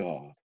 God